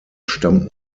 stammten